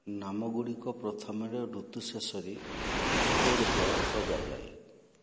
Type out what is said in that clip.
ନାମ ଗୁଡ଼ିକ ପ୍ରଥମେ ଋତୁ ଶେଷରେ ସ୍କୋର୍ ଦ୍ୱାରା ସଜାଯାଏ